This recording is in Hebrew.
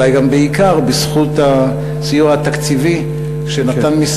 ואולי גם בעיקר בזכות הסיוע התקציבי שנתן,